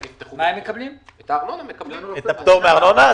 מקבלים פטור מארנונה?